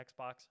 Xbox